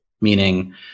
meaning